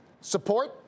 support